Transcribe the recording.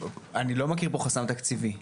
אני לא מכיר פה חסם תקציבי.